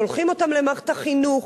שולחים אותם למערכת החינוך,